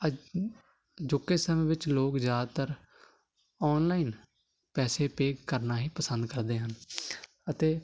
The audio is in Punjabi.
ਅ ਅਜੋਕੇ ਸਮੇਂ ਵਿੱਚ ਲੋਕ ਜ਼ਿਆਦਾਤਰ ਆਨਲਾਈਨ ਪੈਸੇ ਪੇ ਕਰਨਾ ਹੀ ਪਸੰਦ ਕਰਦੇ ਹਨ ਅਤੇ